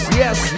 yes